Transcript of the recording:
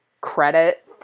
credit